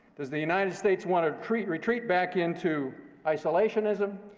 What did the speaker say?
does the united states want to retreat retreat back into isolationism,